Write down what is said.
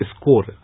score